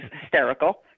hysterical